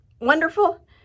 wonderful